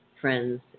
friends